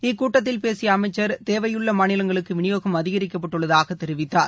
இக்கூட்டத்தில் பேசிய அமைச்சர் தேவையுள்ள மாநிலங்களுக்கு விநியோகம் அதிகரிக்கப்பட்டுள்ளதாக தெரிவித்தார்